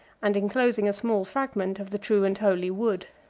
and enclosing a small fragment of the true and holy wood.